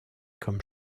comme